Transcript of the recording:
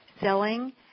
selling